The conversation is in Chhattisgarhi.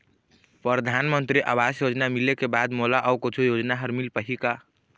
परधानमंतरी आवास योजना मिले के बाद मोला अऊ कुछू योजना हर मिल पाही का?